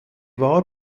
war